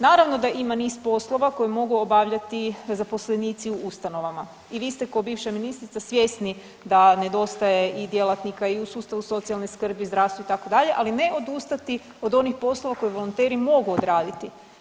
Naravno da ima niz poslova koji mogu obavljati zaposlenici u ustanovama i vi ste kao bivša ministrica svjesni da nedostaje i djelatnika i u sustavu socijalne skrbi, zdravstvu, itd., ali ne odustati od onih poslova koje volonteri mogu odraditi.